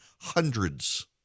hundreds